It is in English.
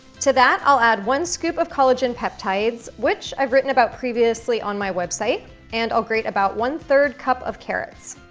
to that, i'll add one scoop of collagen peptides which i've written about previously on my website and i'll grate about one third cup of carrots.